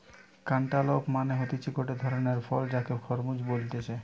cantaloupe মানে হতিছে গটে ধরণের ফল যাকে খরমুজ বলতিছে